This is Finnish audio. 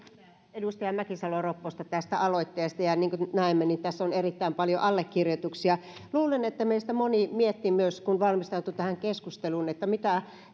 edustaja mäkisalo ropposta tästä aloitteesta niin kuin näemme tässä on erittäin paljon allekirjoituksia luulen että meistä moni mietti myös kun valmistautui tähän keskusteluun mitä käytännön asioita